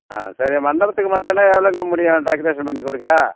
ஆ சரி மண்டபத்துக்கு மட்டுன்னா எவ்வளோங்க முடியும் டெக்கரேஷன் பண்ணிக் கொடுக்க